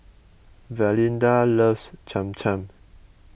Valinda loves Cham Cham